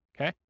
Okay